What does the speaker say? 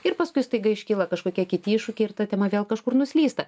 ir paskui staiga iškyla kažkokie kiti iššūkiai ir ta tema vėl kažkur nuslysta